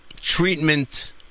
treatment